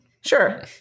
Sure